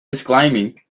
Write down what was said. disclaiming